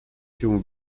się